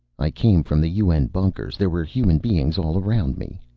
i came from the un bunkers. there were human beings all around me.